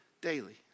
daily